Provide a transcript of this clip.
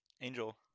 Angel